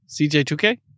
CJ2K